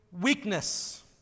weakness